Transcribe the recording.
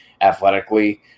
athletically